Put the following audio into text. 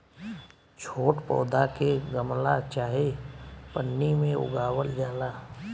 छोट पौधा के गमला चाहे पन्नी में उगावल जाला